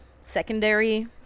secondary